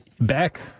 back